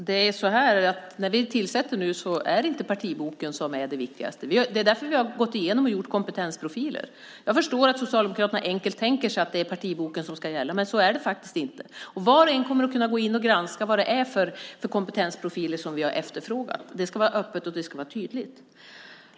Herr talman! När vi nu tillsätter är det inte partiboken som är det viktigaste. Det är därför vi har gått igenom och gjort kompetensprofiler. Jag förstår att Socialdemokraterna enkelt tänker sig att det är partiboken som ska gälla, men så är det faktiskt inte. Var och en kommer att kunna gå in och granska vad det är för kompetensprofiler som vi har efterfrågat. Det ska vara öppet, och det ska vara tydligt.